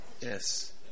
Yes